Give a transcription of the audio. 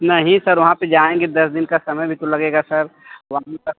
नहीं सर वहाँ पर जाएँगे दस दिन का समय भी तो लगेगा सर वहाँ तक